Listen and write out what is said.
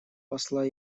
посла